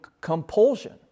compulsion